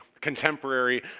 contemporary